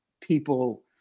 people